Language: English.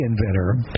inventor